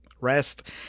rest